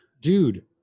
Dude